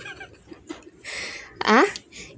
ah